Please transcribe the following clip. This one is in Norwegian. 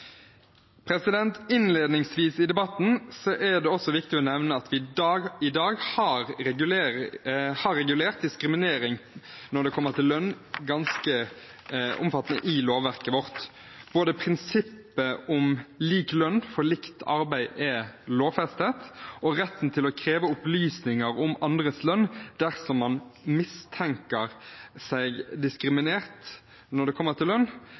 Innledningsvis i debatten er det også viktig å nevne at vi i dag har regulert diskriminering når det gjelder lønn, ganske omfattende i lovverket vårt. Prinsippet om lik lønn for likt arbeid er lovfestet, og retten til å kreve opplysninger om andres lønn dersom man mistenker seg diskriminert når det gjelder lønn,